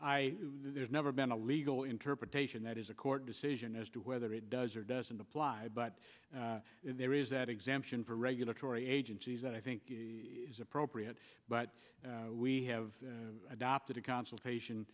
committee there's never been a legal interpretation that is a court decision as to whether it does or doesn't apply but there is that exemption for regulatory agencies that i think is appropriate but we have adopted a consultation